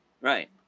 Right